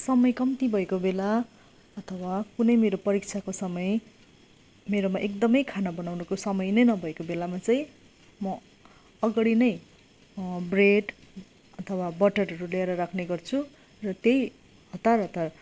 समय कम्ती भएको बेला अथवा कुनै मेरो परीक्षाको समय मेरोमा एकदमै खाना बनाउनुको समय नै नभएको बेलामा चाहिँ म अघाडि नै ब्रेड अथवा बटरहरू ल्याएर राख्ने गर्छु र त्यहीँ हतार हतार